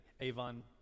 Avon